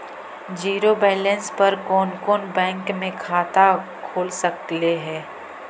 Zero balance पर कोन कोन बैंक में खाता खुल सकले हे?